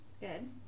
good